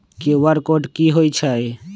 QR code कि हई छई?